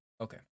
Okay